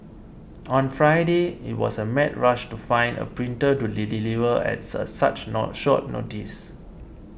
on Friday it was a mad rush to find a printer to the deliver as a such not short notice